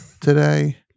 today